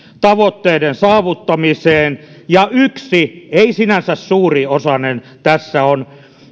tavoitteiden saavuttamiseen ja yksi ei sinänsä suuri osanen tässä on